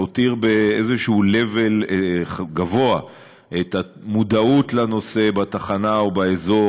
להותיר באיזה level גבוה את המודעות לנושא בתחנה או באזור,